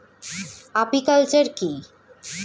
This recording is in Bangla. আপিকালচার কি?